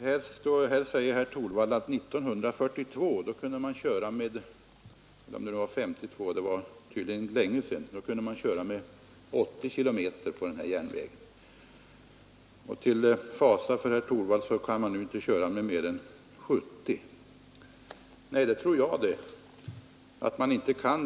Herr Torwald säger att man 1942 — eller möjligen 1952, i varje fall var det länge sedan — kunde tågen köra med en hastighet av 80 kilometer per timme på den här sträckan. Till fasa för herr Torwald kan man nu inte köra med mer än 70 kilometer per timme.